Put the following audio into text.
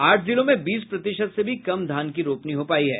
आठ जिलों में बीस प्रतिशत से भी कम धान की रोपनी हो पायी है